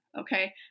okay